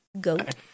goat